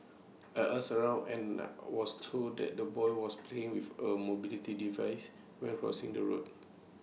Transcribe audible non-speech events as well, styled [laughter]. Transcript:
I asked around and [hesitation] was to that the boy was playing with A mobility device when crossing the road